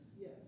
Yes